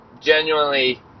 genuinely